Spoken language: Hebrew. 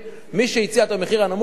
מי שהציע את המחיר הנמוך ביותר,